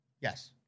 Yes